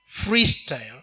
freestyle